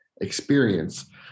experience